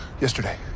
Yesterday